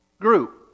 group